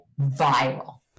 viral